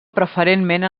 preferentment